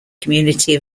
community